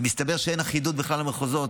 ומסתבר שאין אחידות בין המחוזות.